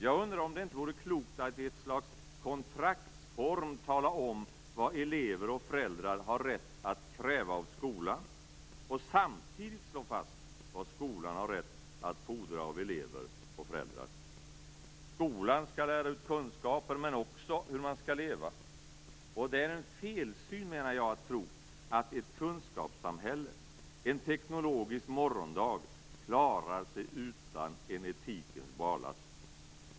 Jag undrar om det inte vore klokt att i ett slags kontraktsform tala om vad elever och föräldrar har rätt att kräva av skolan och samtidigt slå fast vad skolan har rätt att fordra av elever och föräldrar. Skolan skall lära ut kunskaper men också hur man skall leva. Och det är en felsyn, menar jag, att tro att ett kunskapssamhälle, en teknologisk morgondag klarar sig utan en etikens ballast.